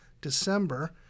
December